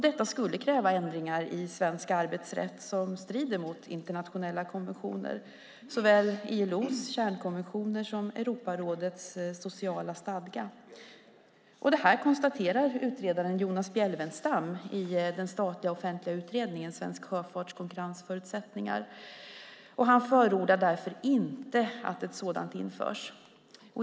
Detta skulle kräva ändringar i svensk arbetsrätt som strider mot internationella konventioner, såväl ILO:s kärnkonventioner som Europarådets sociala stadga. Det konstaterar utredaren Jonas Bjelfvenstam i den statliga offentliga utredningen Svensk sjöfarts konkurrensförutsättningar . Han förordar därför inte att ett sådant register införs.